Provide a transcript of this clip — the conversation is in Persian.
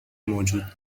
موجود